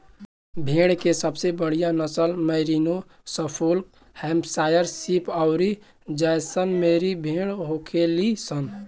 भेड़ के सबसे बढ़ियां नसल मैरिनो, सफोल्क, हैम्पशायर शीप अउरी जैसलमेरी भेड़ होखेली सन